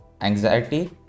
Anxiety